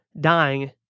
dying